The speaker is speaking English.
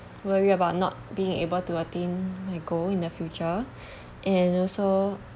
worry about not being able to attain my goal in the future and also